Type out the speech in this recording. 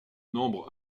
nombre